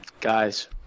Guys